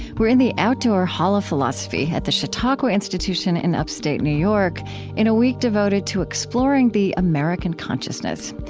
we're in the outdoor hall of philosophy at the chautauqua institution in upstate new york in a week devoted to exploring the american consciousness.